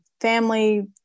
family